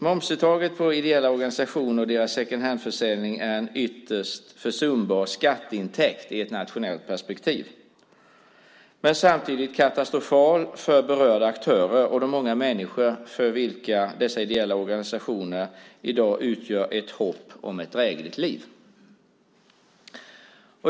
Momsuttaget på ideella organisationer och deras second hand-försäljning är en ytterst försumbar skatteintäkt i ett nationellt perspektiv. Samtidigt är den katastrofal för berörda aktörer och för de många människor för vilka dessa ideella organisationer i dag utgör ett hopp om ett drägligt liv.